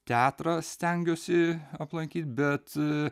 teatrą stengiuosi aplankyt bet